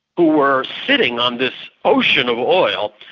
who were sitting on this ocean of oil,